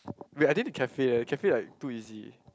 wait I didn't the cafe eh cafe like too easy